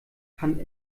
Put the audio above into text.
kann